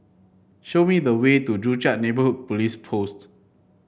show me the way to Joo Chiat Neighbourhood Police Post